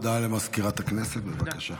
הודעה לסגנית מזכיר הכנסת, בבקשה.